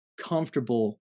comfortable